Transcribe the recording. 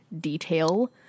detail